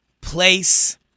place